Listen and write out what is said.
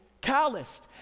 calloused